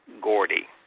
Gordy